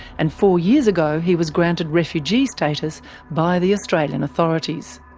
and four years ago he was granted refugee status by the australian authorities.